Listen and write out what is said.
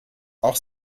auch